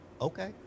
Okay